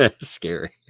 Scary